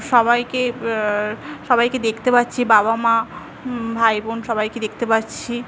সবাইকে সবাইকে দেখতে পারছি বাবা মা ভাই বোন সবাইকে দেখতে পারছি